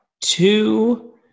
Two